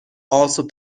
also